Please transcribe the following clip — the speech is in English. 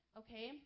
okay